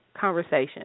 conversation